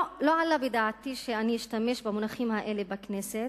לא עלה בדעתי שאשתמש במונחים האלה בכנסת,